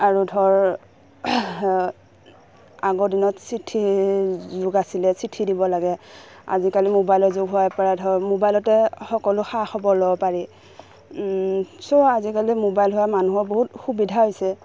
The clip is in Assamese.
আৰু ধৰ আগৰ দিনত চিঠি যুগ আছিলে চিঠি দিব লাগে আজিকালি মোবাইলৰ যুগ হোৱাৰপৰা ধৰক মোবাইলতে সকলো খা খবৰ ল'ব পাৰি ছ' আজিকালি মোবাইল হোৱা মানুহৰ বহুত সুবিধা হৈছে